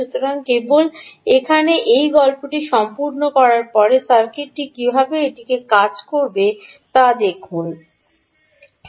সুতরাং কেবল এখানে এই গল্পটি সম্পূর্ণ করার পরে সার্কিটটি কীভাবে এটি কাজ করবে তা দেখুন সময় উল্লেখ করুন 0646 একসাথে